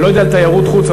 אני לא יודע על תיירות חוץ,